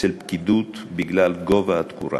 אצל פקידות בגלל גובה התקורה.